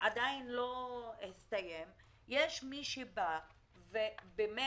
שעדיין לא הסתיים יש מי שבא ובאמת,